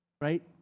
right